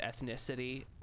ethnicity